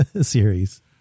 series